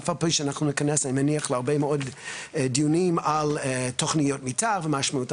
אף-על-פי שאנחנו ניכנס להרבה מאוד דיונים על תוכניות מתאר ומשמעותן.